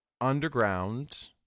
underground